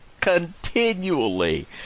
continually